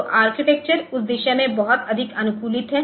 तो आर्किटेक्चर उस दिशा में बहुत अधिक अनुकूलित है